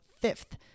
fifth